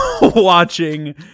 watching